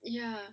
ya